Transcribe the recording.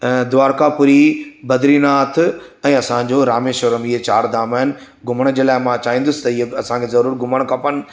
द्वारकापुरी बद्रीनाथ ऐं असांजो रामेश्वरम इहे चारि धाम आहिनि घुमण जे लाए मां चाहींदुसि त इहे असांखे ज़रूरु घुमणु खपनि